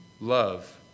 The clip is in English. love